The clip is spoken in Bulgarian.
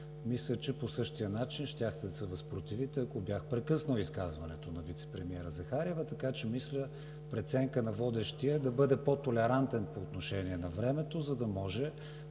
мисля, че по същия начин щяхте да се възпротивите, ако бях прекъснал изказването на вицепремиера Захариева. Така че мисля преценка на водещия е да бъде по-толерантен по отношение на времето, за да може